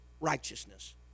righteousness